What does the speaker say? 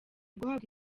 guhabwa